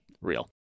real